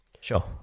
Sure